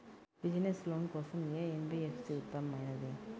Business loan కోసం ఏ NBFC ఉత్తమమైనది?